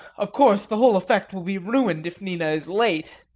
of course the whole effect will be ruined if nina is late.